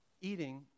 eating